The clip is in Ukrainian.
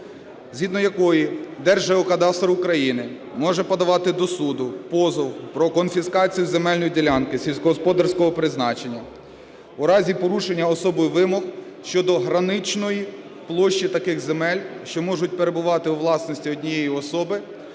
згідно якої Держгеокадастр України може подавати до суду позов про конфіскацію земельної ділянки сільськогосподарського призначення у разі порушення особою вимог щодо граничної площі таких земель, що можуть перебувати у власності однієї особи,